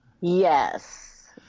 Yes